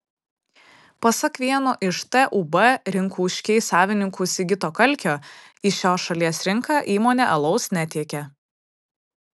pasak vieno iš tūb rinkuškiai savininkų sigito kalkio į šios šalies rinką įmonė alaus netiekia